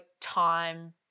time